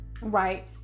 right